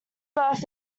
birth